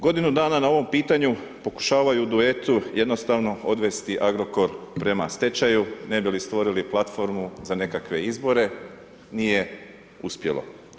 Godinu dana na ovo pitanje, pokušavaju u duetu, jednostavno odvesti Agrokor, prema stečaju, ne bi li stvorili platformu za nekakve izbore, nije uspjelo.